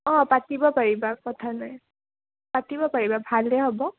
অঁ পাতিব পাৰিবা কথা নাই পাতিব পাৰিবা ভালহে হ'ব